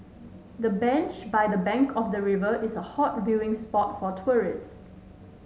the bench by the bank of the river is a hot viewing spot for tourists